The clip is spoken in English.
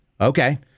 Okay